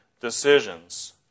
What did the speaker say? decisions